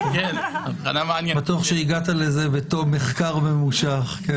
שאני בטוח שהגעת אליה באותו מחקר ממושך.